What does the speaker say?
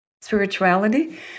spirituality